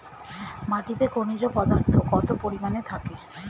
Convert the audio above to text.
মাটিতে খনিজ পদার্থ কত পরিমাণে থাকে?